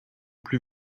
plus